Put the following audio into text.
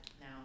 now